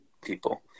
people